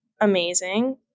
amazing